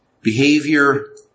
behavior